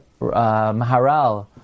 Maharal